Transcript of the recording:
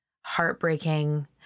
heartbreaking